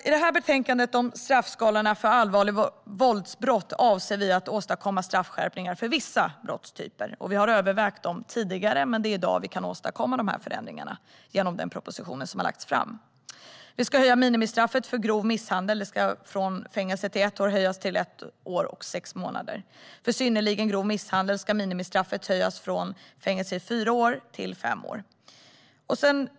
Med detta betänkande om straffskalorna för allvarliga våldsbrott avser vi att åstadkomma straffskärpningar för vissa brottstyper. Vi har övervägt dem tidigare, men det är först i dag vi kan åstadkomma dessa förändringar genom den proposition som har lagts fram. Minimistraffet för grov misshandel ska höjas från fängelse i ett år till fängelse i ett år och sex månader. För synnerligen grov misshandel ska minimistraffet höjas från fängelse i fyra år till fängelse i fem år.